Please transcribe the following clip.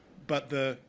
but the